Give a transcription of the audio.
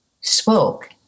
spoke